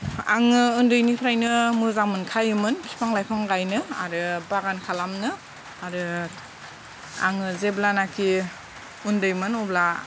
आङो उन्दैनिफ्रायनो मोजां मोनखायोमोन बिफां लाइफां गायनो आरो बागान खालामनो आरो आङो जेब्लानाखि उन्दैमोन अब्ला